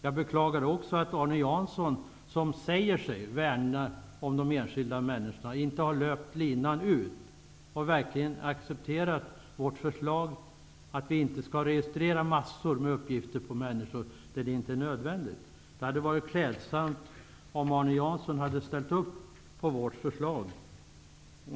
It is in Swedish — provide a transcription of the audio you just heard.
Jag beklagar också att Arne Jansson, som säger sig värna om de enskilda människorna, inte har löpt linan ut och verkligen accepterat vårt förslag om att man inte skall registrera massor med uppgifter om människor när det inte är nödvändigt. Det hade varit klädsamt om Arne Jansson ställt upp på vårt förslag.